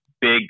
big